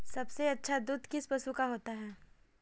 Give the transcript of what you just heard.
सबसे अच्छा दूध किस पशु का होता है?